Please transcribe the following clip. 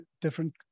different